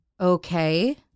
Okay